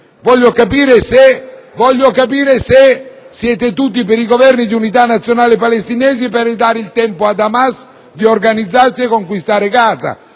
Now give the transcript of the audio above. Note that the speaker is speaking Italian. Vorrei capire se siete tutti per il Governo di unità palestinese per ridare il tempo ad Hamas di organizzarsi e conquistare Gaza,